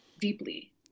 deeply